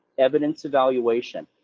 evidence evaluation.